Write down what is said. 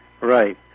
Right